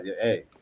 Hey